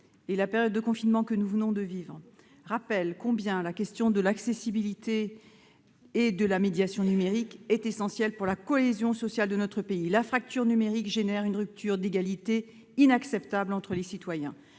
et la période de confinement que nous venons de vivre rappellent combien la question de l'accessibilité et de la médiation numérique est essentielle pour la cohésion sociale de notre pays. La fracture numérique entraîne une rupture d'égalité inacceptable entre les citoyens,